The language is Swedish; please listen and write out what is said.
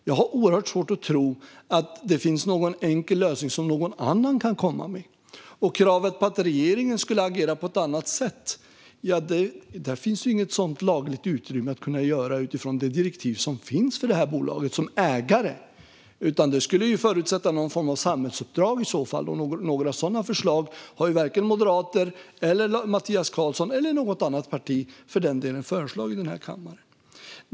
Jag har oerhört svårt att tro att det finns en enkel lösning som någon annan kan komma med. Vad gäller kravet på att regeringen borde agera på ett annat sätt finns inget lagligt utrymme för det utifrån bolagets direktiv som ägare. Det skulle i så fall förutsätta någon form av samhällsuppdrag, och några sådana förslag har varken Moderaterna, Mattias Karlsson eller något annat parti lagt fram här i kammaren.